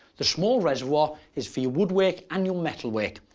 the small reservoir is for your woodwork and your metalwork.